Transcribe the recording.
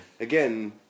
Again